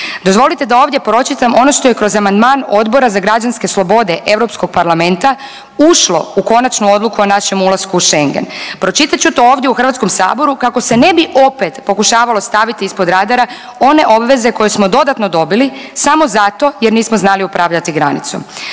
Dozvolite da ovdje pročitam ono što je kroz amandman Odbora za građanske slobode Europskog parlamenta ušlo u konačnu odluku o našem ulasku u Schengen. Pročitat ću to ovdje u HS kako se ne bi opet pokušavalo staviti ispod radara one obveze koje smo dodatno dobili samo zato jer nismo znali upravljati granicom.